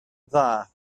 dda